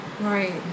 Right